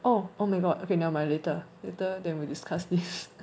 oh oh my god okay never mind later later then we discuss this